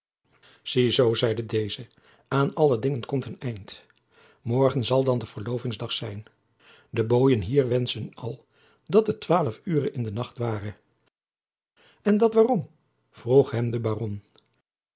zie zoo zeide deze aan alle dingen komt een eind morgen zal dan de verlovingsdag zijn de booien hier wenschten al dat het twaalf ure in de nacht ware en dat waarom vroeg hem de baron